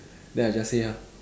then I just say ah